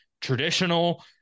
traditional